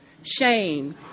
Shame